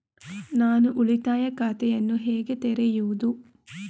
ನಾನು ಉಳಿತಾಯ ಖಾತೆಯನ್ನು ಹೇಗೆ ತೆರೆಯುದು?